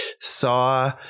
saw